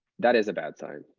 that is a bad sign.